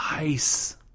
nice